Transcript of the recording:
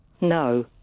No